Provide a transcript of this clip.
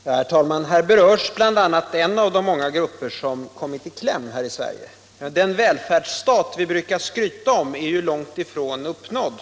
Herr talman! Här berörs bl.a. en av de många grupper som kommit i kläm här i Sverige. Den välfärdsstat vi brukar skryta över är ju långt ifrån uppnådd.